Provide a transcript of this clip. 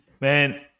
man